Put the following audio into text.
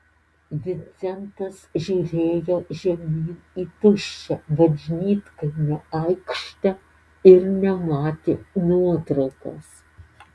vincentas žiūrėjo žemyn į tuščią bažnytkaimio aikštę ir nematė nuotraukos